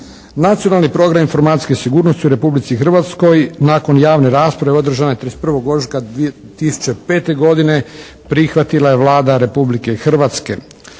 Nacionalni program informacijske sigurnosti u Republici Hrvatskoj nakon javne rasprave održane 31. ožujka 2005. godine prihvatila je Vlada Republike Hrvatske.